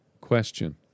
Question